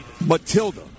Matilda